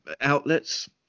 outlets